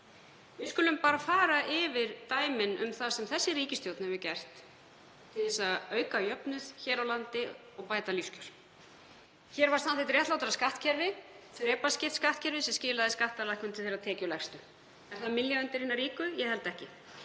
Við skulum bara fara yfir dæmin um það sem þessi ríkisstjórn hefur gert til að auka jöfnuð hér á landi og bæta lífskjör. Hér var samþykkt réttlátara skattkerfi, þrepaskipt skattkerfi, sem skilaði skattalækkun til þeirra tekjulægstu. Er það að mylja undir hina ríku? Ég held ekki.